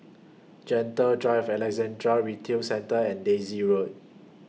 Gentle Drive Alexandra Retail Centre and Daisy Road